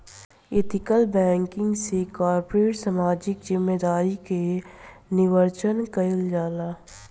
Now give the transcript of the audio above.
ethical banking से corporate सामाजिक जिम्मेदारी के निर्वाचन कईल जाला